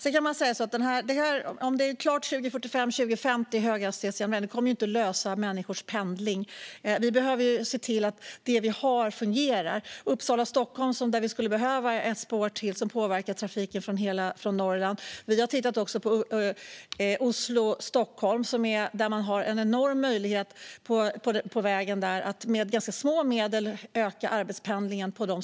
En höghastighetsjärnväg som är färdig 2045-2050 löser inte människors pendling, utan vi behöver se till att det vi redan har fungerar. På sträckan Uppsala-Stockholm behövs ett spår till, för det påverkar trafiken från hela Norrland. När det gäller sträckan Oslo-Stockholm kan man med ganska små medel öka arbetspendlingen.